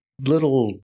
little